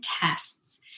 tests